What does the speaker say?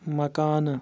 مکانہٕ